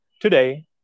Today